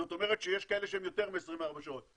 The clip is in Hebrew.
זאת אומרת שיש כאלה שהם יותר מ-24 שעות.